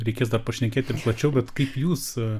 reikės dar pašnekėti plačiau bet kaip jūs